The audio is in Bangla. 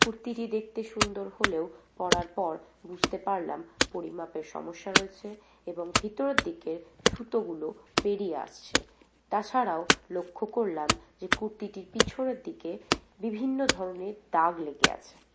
কুর্তিটি দেখতে সুন্দর হলেও পড়ার পর বুঝতে পারলাম পরিমাপে সমস্যা রয়েছে এবং ভিতরের দিকের সুতোগুলো বেরিয়ে আসছে তাছাড়াও লক্ষ করলাম যে কুর্তিটির পিছনের দিকে বিভিন্ন ধরনের দাগ লেগে আছে